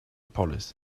police